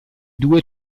due